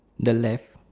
the left